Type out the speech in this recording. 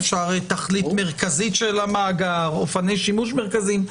אפשר תכלית מרכזית של המאגר, אופני שימוש מרכזיים.